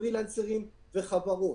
פרילנסרים וחברות.